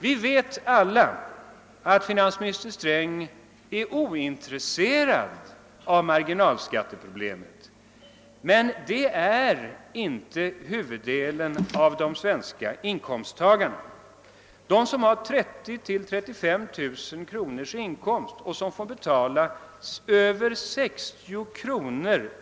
Vi vet alla att finansminister Sträng är ointresserad av marginalskatteproblemet, men det är inte huvuddelen av de svenska inkomsttagarna. De som har 30 000—353 000 kronors inkomst och som får betala 60 kr.